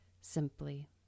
simply